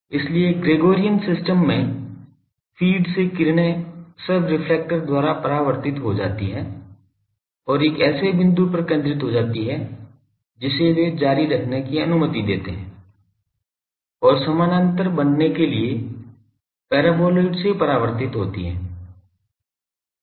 इसलिए Gregorian system में feed से किरणें सब रेफ्लेक्टर द्वारा परावर्तित हो जाती हैं और एक ऐसे बिंदु पर केंद्रित हो जाती हैं जिसे वे जारी रखने की अनुमति देते हैं और समानांतर बनने के लिए परबोलाइड से परावर्तित होती हैं